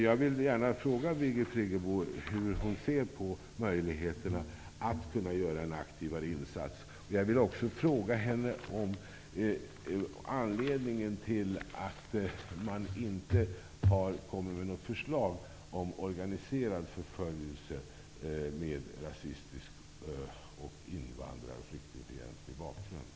Jag vill gärna fråga Birgit Friggebo hur hon ser på möjligheterna att göra en aktivare insats. Jag vill också fråga henne om anledningen till att man inte har kommit med något förslag om organiserad förföljelse med rasistisk och invandrar och flyktingfientlig bakgrund.